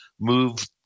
move